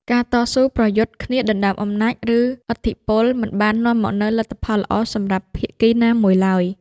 ការតស៊ូប្រយុទ្ធគ្នាដើម្បីអំណាច ឬឥទ្ធិពល មិនបាននាំមកនូវលទ្ធផលល្អសម្រាប់ភាគីណាមួយឡើយ។